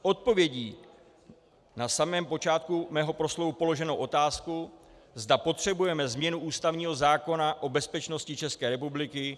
Odpovědí na samém počátku mého proslovu položenou otázku, zda potřebujeme změnu ústavního zákona o bezpečnosti České republiky.